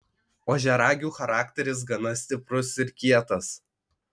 ožiaragių charakteris gana stiprus ir kietas